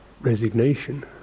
resignation